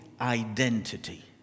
identity